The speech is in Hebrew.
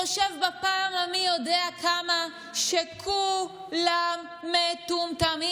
חושב בפעם המי יודע כמה שכו-לם מטומטמים.